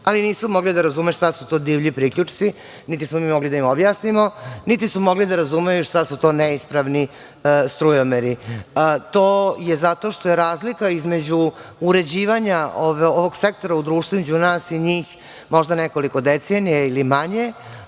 ali nisu mogli da razumeju šta su to divlji priključci, niti smo mi mogli da im objasnimo, niti su mogli da razumeju šta su to neispravni strujomeri. To je zato što je razlika između uređivanja ovog sektora u društvu između nas i njih, možda nekoliko decenija ili manje,